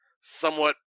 somewhat